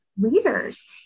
leaders